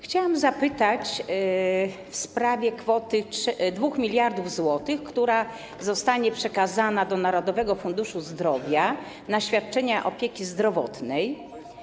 Chciałam zapytać w sprawie kwoty 2 mld zł, która zostanie przekazana do Narodowego Funduszu Zdrowia na świadczenia opieki zdrowotnej.